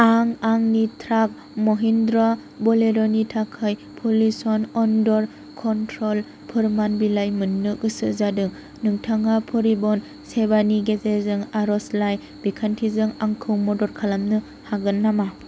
आं आंनि ट्राक महिन्द्रा बलेर'नि थाखाय पलिउसन आन्दार कन्ट्र'ल फोरमान बिलाइ मोननो गोसो जादों नोंथाङा परिबहन सेभानि गेजेरजों आरजलाइ बिखान्थिजों आंखौ मदद खालामनो हागोन नामा